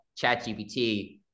ChatGPT